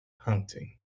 hunting